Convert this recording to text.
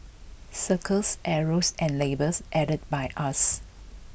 circles arrows and labels added by us